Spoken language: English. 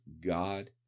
God